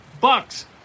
Bucks